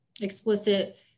explicit